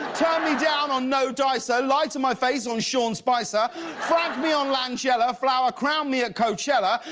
turn me down on no dicer, lie to my face on sean spicer, frank me on langella, flower-crown me at coachella,